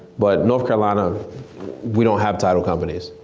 but north carolina, we don't have title companies.